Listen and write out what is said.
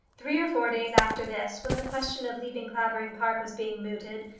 three or four days after this, when the question of leaving clavering park was being mooted,